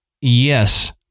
yes